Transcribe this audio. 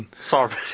Sorry